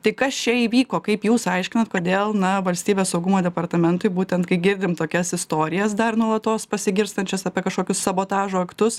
tai kas čia įvyko kaip jūs aiškinat kodėl na valstybės saugumo departamentui būtent kai girdim tokias istorijas dar nuolatos pasigirstančias apie kažkokius sabotažo aktus